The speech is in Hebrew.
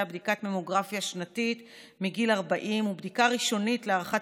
בדיקת ממוגרפיה שנתית מגיל 40 ובדיקה ראשונית להערכת